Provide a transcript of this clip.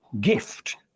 gift